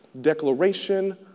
declaration